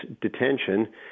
detention